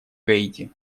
гаити